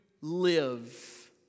live